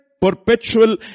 perpetual